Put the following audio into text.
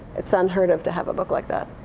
it's unheard of to have a book like that.